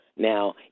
Now